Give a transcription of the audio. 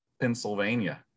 Pennsylvania